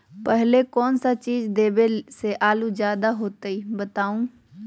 पहले कौन सा चीज देबे से आलू ज्यादा होती बताऊं?